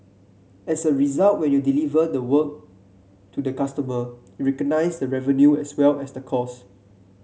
as a result when you deliver the work to the customer recognise the revenue as well as the cost